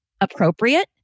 appropriate